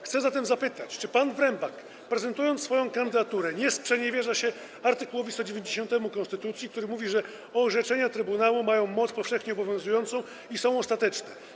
Chcę zatem zapytać: Czy pan Wyrembak, prezentując swoją kandydaturę, nie sprzeniewierza się art. 190 konstytucji, w którym mowa, że orzeczenia trybunału mają moc powszechnie obowiązującą i są ostateczne?